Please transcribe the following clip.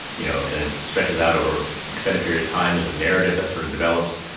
you know, and it stretches out over extended period of time. there's a narrative that sort of develops.